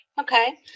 Okay